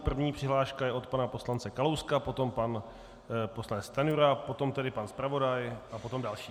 První přihláška je od pana poslance Kalouska, potom pan poslanec Stanjura, potom tedy pan zpravodaj a potom další.